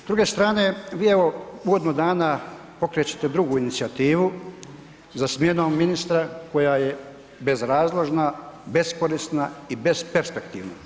S druge strane vi evo godinu dana pokrećete drugu inicijativu za smjenom ministra koja je bezrazložna, beskorisna i besperspektivna.